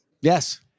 Yes